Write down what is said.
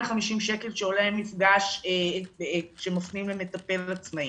שקלים שעולה מפגש כשמפנים למטפל עצמאי.